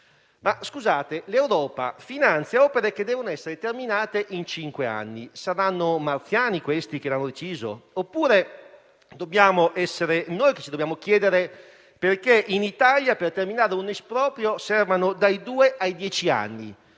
insomma. L'Europa finanzia opere che devono essere determinate in cinque anni: saranno marziani questi che l'hanno deciso, oppure dobbiamo chiederci noi perché in Italia, per terminare un esproprio, servano dai due ai dieci anni?